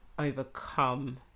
overcome